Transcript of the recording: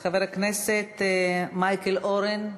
חבר הכנסת מייקל אורן,